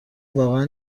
واقعا